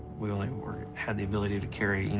we only were had the ability to carry, you know,